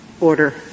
order